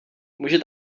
může